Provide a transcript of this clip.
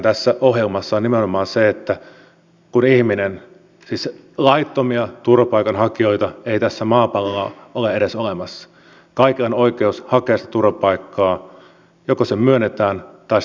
digitalisaation mahdollisuuksien hyödyntäminen on nostettu jo monen hallituksen kärkihankkeisiin ja ict hankkeet näyttelevät pääosaa myös meillä tulevaisuudessa muun muassa tämän sote ratkaisunkin myötä